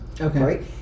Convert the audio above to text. Okay